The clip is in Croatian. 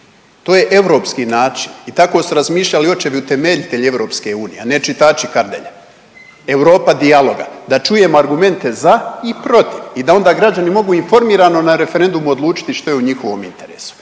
To je europski način i tako su razmišljali očevi utemeljitelji EU, a ne čitači Kardelja. Europa dijaloga, da čujemo argumente za i protiv i da onda građani mogu informirano na referendumu odlučiti što je u njihovom interesu.